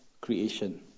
creation